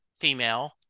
female